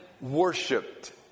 worshipped